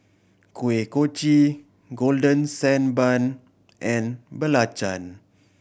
Kuih Kochi Golden Sand Bun and belacan